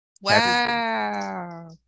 Wow